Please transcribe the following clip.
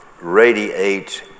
radiates